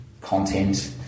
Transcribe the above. content